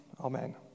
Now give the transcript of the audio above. Amen